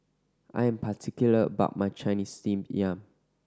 I am particular about my Chinese Steamed Yam